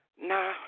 Nah